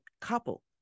couple